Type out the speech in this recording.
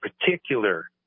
particular